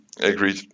agreed